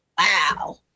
wow